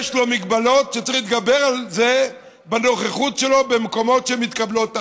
יש לו מגבלות שצריך להתגבר עליהן בנוכחות שלו במקומות שמתקבלות ההחלטות.